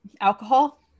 alcohol